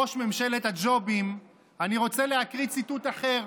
ראש ממשלת הג'ובים, אני רוצה להקריא ציטוט אחר.